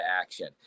action